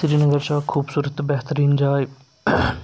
سرینَگر چھِ اکھ خوٗبصوٗرت تہٕ بہتریٖن جاے